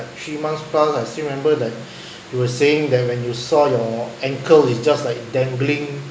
three months plus ah I still remember that you were saying that when you saw your ankle is just like dangling